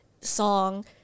song